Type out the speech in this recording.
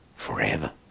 forever